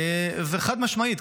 חד-משמעית,